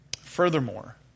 Furthermore